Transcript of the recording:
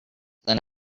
than